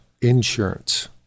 insurance